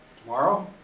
tomorrow,